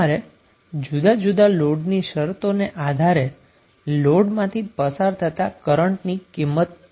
તમારે જુદાં જુદાં લોડની શરતો ને આધારે લોડમાંથી પસાર થતા કરન્ટની કિંમત શોધવી છે